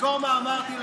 זכור מה אמרתי לך.